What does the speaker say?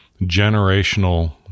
generational